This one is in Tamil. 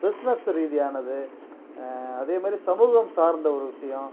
பிஸ்னஸ் ரீதியானது அதே மாதிரி சமூகம் சார்ந்த ஒரு விஷியம்